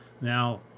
Now